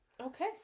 Okay